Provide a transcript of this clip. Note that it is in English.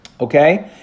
Okay